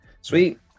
sweet